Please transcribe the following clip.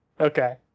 okay